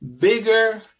bigger